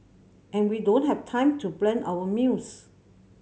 and when we don't have time to plan our meals